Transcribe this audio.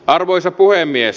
arvoisa puhemies